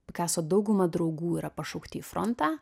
pikaso dauguma draugų yra pašaukti į frontą